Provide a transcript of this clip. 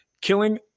killing